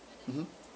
mmhmm